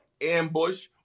ambush